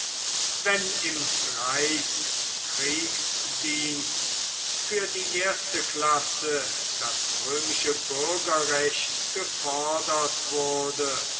wenn im reichskriegsdienst für die erste klasse das römische bürgerrecht gefordert wurde